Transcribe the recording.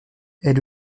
elle